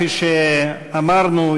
כפי שאמרנו,